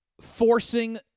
forcing